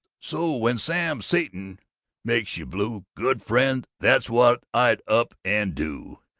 so when sam satan makes you blue, good friend, that's what i'd up and do,